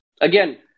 again